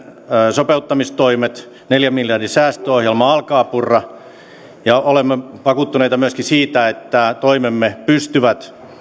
sopeuttamistoimet neljän miljardin säästöohjelma alkavat purra ja olemme vakuuttuneita myöskin siitä että toimemme pystyvät